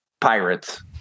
pirates